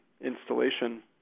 installation